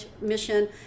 mission